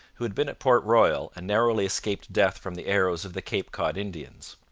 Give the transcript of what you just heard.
who had been at port royal and narrowly escaped death from the arrows of the cape cod indians.